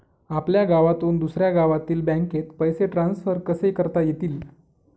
आपल्या गावातून दुसऱ्या गावातील बँकेत पैसे ट्रान्सफर कसे करता येतील?